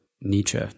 Nietzsche